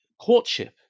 courtship